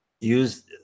use